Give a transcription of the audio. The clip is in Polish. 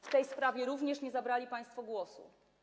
W tej sprawie również nie zabrali państwo głosu.